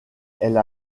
elle